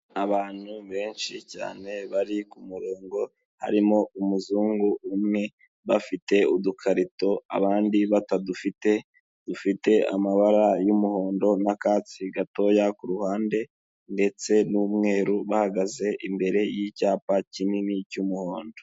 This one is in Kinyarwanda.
Abantu benshi cyane bari ku murongo harimo umuzungu umwe, bafite udukarito abandi batadufite, dufite amabara y'umuhondo n'akatsi gatoya ku ruhande, ndetse n'umweru bahagaze imbere y'icyapa kinini cy'umuhondo.